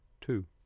two